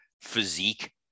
physique